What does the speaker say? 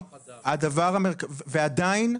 עדיין,